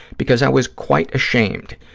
because i was quite ashamed,